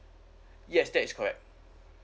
yes that is correct